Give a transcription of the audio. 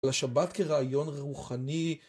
לשבת כרעיון רוחני.